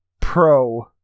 Pro